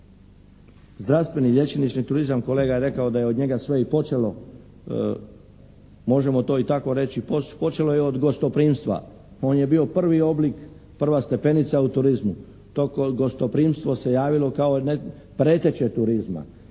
zdravstveni liječnični turizam, kolega je rekao da je od njega sve i počelo, možemo to i tako reći počelo je od gostoprimstva. On je bio prvi oblik, prva stepenica u turizmu. To gostoprimstvo se javilo kao preteća turizma.